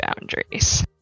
boundaries